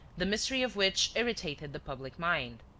the mystery of which irritated the public mind.